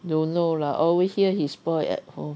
no no lah over here he spoiled at home